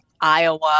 Iowa